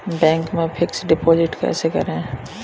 Bank में fix deposit कैसे करें?